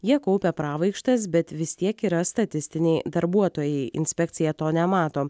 jie kaupia pravaikštas bet vis tiek yra statistiniai darbuotojai inspekcija to nemato